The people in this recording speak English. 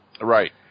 Right